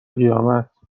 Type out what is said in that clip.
قیامت